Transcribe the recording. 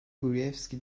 gruevski